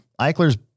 Eichler's